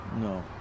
No